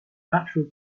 natural